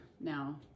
now